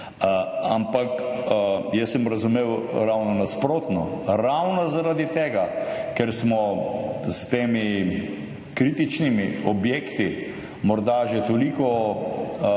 ampak, jaz sem razumel ravno nasprotno. Ravno zaradi tega, ker smo s temi kritičnimi objekti morda že toliko